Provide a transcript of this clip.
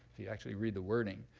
if you actually read the wording.